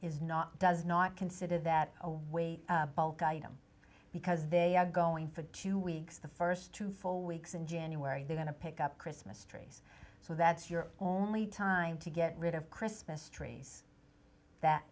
is not does not consider that a way because they are going for two weeks the first two four weeks in january they're going to pick up christmas trees so that's your only time to get rid of christmas trees that